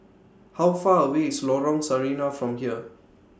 How Far away IS Lorong Sarina from here